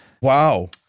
Wow